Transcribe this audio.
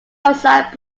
outside